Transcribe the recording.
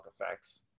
effects